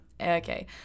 Okay